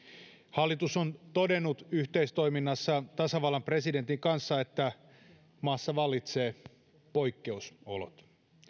hallitus on todennut yhteistoiminnassa tasavallan presidentin kanssa että maassa vallitsevat poikkeusolot